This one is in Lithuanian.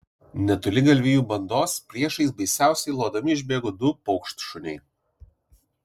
netoli galvijų bandos priešais baisiausiai lodami išbėgo du paukštšuniai